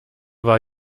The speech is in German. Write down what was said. war